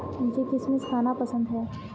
मुझें किशमिश खाना पसंद है